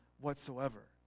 whatsoever